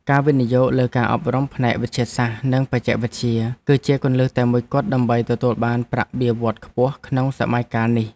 ការវិនិយោគលើការអប់រំផ្នែកវិទ្យាសាស្ត្រនិងបច្ចេកវិទ្យា គឺជាគន្លឹះតែមួយគត់ដើម្បីទទួលបានប្រាក់បៀវត្សរ៍ខ្ពស់ក្នុងសម័យកាលនេះ។